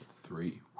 Three